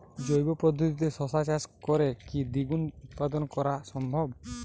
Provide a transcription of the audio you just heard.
জৈব পদ্ধতিতে শশা চাষ করে কি দ্বিগুণ উৎপাদন করা সম্ভব?